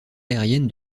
aérienne